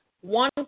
one